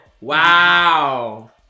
Wow